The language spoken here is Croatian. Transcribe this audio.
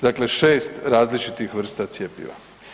Dakle 6 različitih vrsta cjepiva.